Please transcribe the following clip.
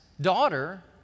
daughter